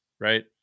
right